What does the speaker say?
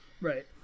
Right